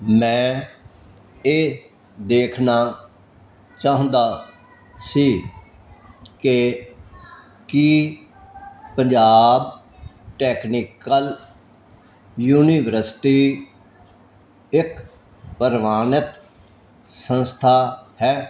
ਮੈਂ ਇਹ ਦੇਖਣਾ ਚਾਹੁੰਦਾ ਸੀ ਕਿ ਕੀ ਪੰਜਾਬ ਟੈਕਨੀਕਲ ਯੂਨੀਵਰਸਿਟੀ ਇੱਕ ਪ੍ਰਵਾਨਿਤ ਸੰਸਥਾ ਹੈ